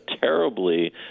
terribly